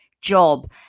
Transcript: job